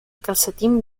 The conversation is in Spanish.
calcetín